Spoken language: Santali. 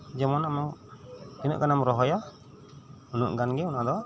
ᱡᱮᱢᱚᱱ ᱟᱢᱮᱢ ᱛᱤᱱᱟᱹᱜ ᱜᱟᱱᱮᱢ ᱨᱚᱦᱚᱭᱟ ᱩᱱᱟᱹᱜ ᱜᱟᱱᱜᱮ ᱚᱱᱟᱫᱚ